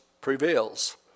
prevails